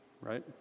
right